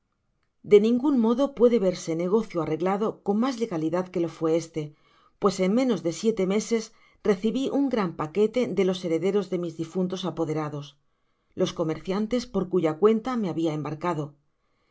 de ningun modo puede verse negocio arreglado con mas legalidad que lo fué este pues en menos de siele meses recibi un gran paquete de los herederos de mis difuntos apoderados los comerciantes por cuya cuenta rae habia embarcado en